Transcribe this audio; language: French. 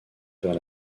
vers